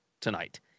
tonight